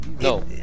No